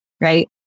right